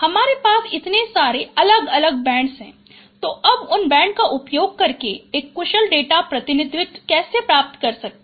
हमारे पास इतने सारे अलग अलग बैंड हैं तो अब उन बैंड का उपयोग करके एक कुशल डेटा प्रतिनिधित्व कैसे प्राप्त करें